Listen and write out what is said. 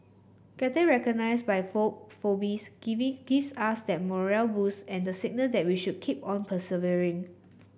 getting recognised by Forbes giving gives us that morale boost and the signal that we should keep on persevering